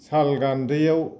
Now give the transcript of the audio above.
साल गान्दैयाव